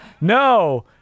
no